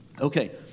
Okay